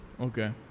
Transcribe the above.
Okay